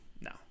no